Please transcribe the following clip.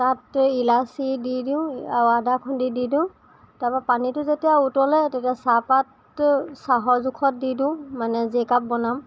তাত ইলাচী দি দিওঁ আদা খুন্দি দি দিওঁ তাৰপৰা পানীটো যেতিয়া উতলে তেতিয়া চাহপাতটো চাহৰ জোখত দি দিওঁ মানে যেই কাপ বনাওঁ